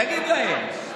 תגיד להם.